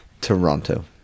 Toronto